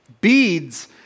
beads